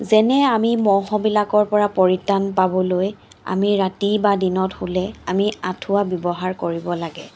যেনে আমি মহবিলাকৰ পৰা পৰিত্ৰাণ পাবলৈ আমি ৰাতি বা দিনত শুলে আমি আঁঠুৱা ব্যৱহাৰ কৰিব লাগে